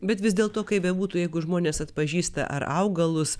bet vis dėlto kaip bebūtų jeigu žmonės atpažįsta ar augalus